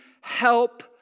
help